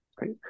Right